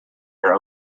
your